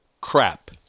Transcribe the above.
crap